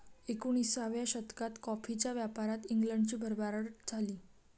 एकोणिसाव्या शतकात कॉफीच्या व्यापारात इंग्लंडची भरभराट झाली